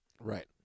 Right